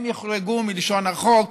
הם יוחרגו מלשון החוק?